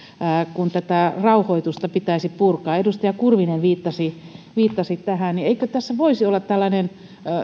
kun tätä rauhoitusta pitäisi purkaa edustaja kurvinen viittasi viittasi tähän eikö tässä voisi olla tällainen